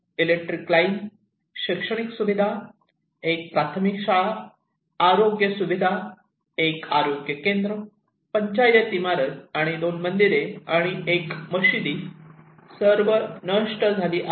electric line शैक्षणिक सुविधा एक प्राथमिक शाळा आरोग्य सुविधा एक आरोग्य केंद्र पंचायत इमारत आणि दोन मंदिरे आणि एक मशिदी सर्व नष्ट झाली आहेत